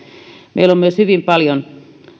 meillä on hyvin paljon